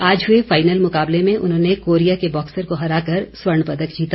आज हुए फाईनल मुकाबले में उन्होंने कोरिया के बॉक्सर को हराकर स्वर्ण पदक जीता